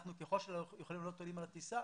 ככל שאנחנו יכולים להעלות עולים על הטיסה,